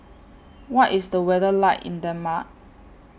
What IS The weather like in Denmark